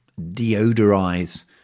deodorize